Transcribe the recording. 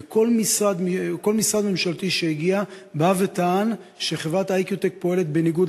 וכל משרד ממשלתי שהגיע טען שחברת "איקיוטק" פועלת בניגוד